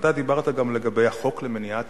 אתה דיברת גם לגבי החוק למניעת